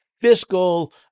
fiscal